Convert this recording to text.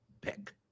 pick